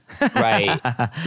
right